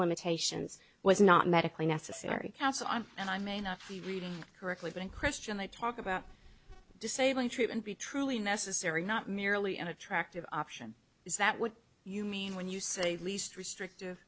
limitations was not medically necessary house on and i may not be reading correctly been christian that talk about disabling treatment be truly necessary not merely an attractive option is that what you mean when you say least restrictive